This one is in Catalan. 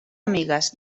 amigues